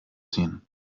sehen